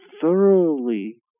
thoroughly